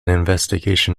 investigation